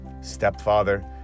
stepfather